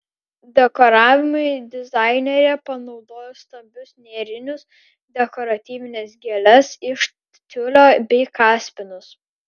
dekoravimui dizainerė panaudojo stambius nėrinius dekoratyvines gėles iš tiulio bei kaspinus